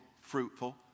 fruitful